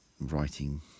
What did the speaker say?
writing